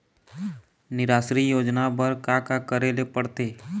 निराश्री योजना बर का का करे ले पड़ते?